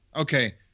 okay